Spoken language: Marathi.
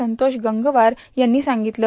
संतोष गंगवार यांनी सांगितलं